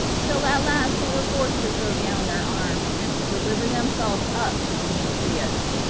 till at last they were forced to throw down their arms, and to deliver themselves up to demetrius.